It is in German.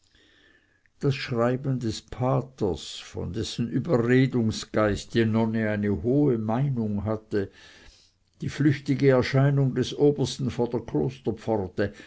das schreiben des paters von dessen überredungsgeist die nonne eine hohe meinung hatte die flüchtige erscheinung des obersten vor der